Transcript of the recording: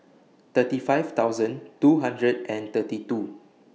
thirty five thousand two hundred and thirty two